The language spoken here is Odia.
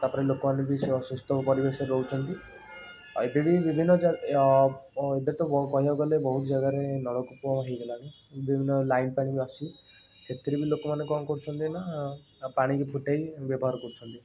ତା'ପରେ ଲୋକମାନେ ବି ସେ ଅସୁସ୍ଥ ପରିବେଶରେ ରହୁଛନ୍ତି ଆ ଏବେ ବି ବିଭିନ୍ନ ଜାଗା ଓ ଏବେ ତ ବ କହିବାକୁ ଗଲେ ବହୁତ ଜାଗାରେ ନଳକୂପ ହେଇଗଲାଣି ବିଭିନ୍ନ ଲାଇନ୍ ପାଣି ବି ଆସୁଛି ସେଥିରେ ବି ଲୋକମାନେ କ'ଣ କରୁଛନ୍ତି ନା ଆ ପାଣିକି ଫୁଟେଇକି ବ୍ୟବହାର କରୁଛନ୍ତି